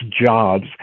jobs